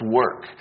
work